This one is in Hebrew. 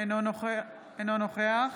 אינו נוכח